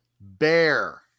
bear